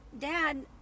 dad